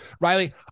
Riley